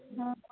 ହଁ